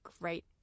great